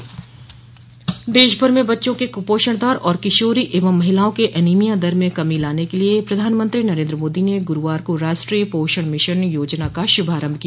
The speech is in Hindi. राष्ट्रीय पोषण मिशन योजना देशभर में बच्चों के कुपोषण दर और किशोरी एवं महिलाओं के एनीमिया दर में कमी लाने के लिए प्रधानमंत्री नरेन्द्र मोदी ने गुरूवार को राष्ट्रीय पोषण मिशन योजना का शुभारंभ किया